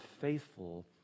faithful